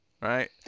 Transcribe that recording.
Right